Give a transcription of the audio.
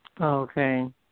Okay